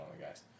guys